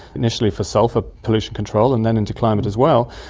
initially for sulphur pollution control and then into climate as well,